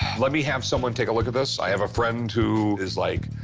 let me have someone take a look at this. i have a friend who is, like,